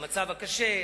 המצב הקשה,